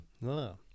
No